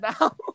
now